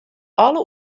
alle